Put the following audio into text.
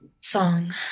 song